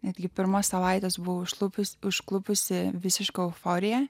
netgi pirmas savaites buvo išlupęs užklupusi visiška euforija